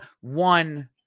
one